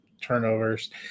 turnovers